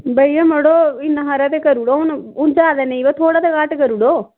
भैया मड़ो इन्ना हारा ते करी ओड़ो हून हून जादा नेईं ते थोह्ड़ा ते घट्ट करी ओड़ो